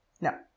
No